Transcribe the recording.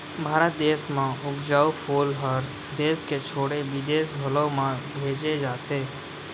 भारत देस म उपजाए फूल हर देस के छोड़े बिदेस घलौ म भेजे जाथे